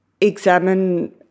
examine